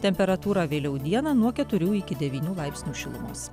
temperatūra vėliau dieną nuo keturių iki devynių laipsnių šilumos